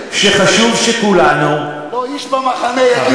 לא איש "במחנה" יגיד,